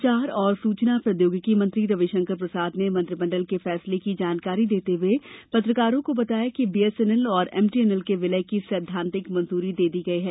संचार और सूचना प्रौद्योगिकी मंत्री रविशंकर प्रसाद ने मंत्रिमंडल के फैसले की जानकारी देते हुए पत्रकारों को बताया कि बीएसएनएल और एमटीएनएल के विलय की सैद्धांतिक मंजूरी दे दी गई है